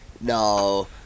No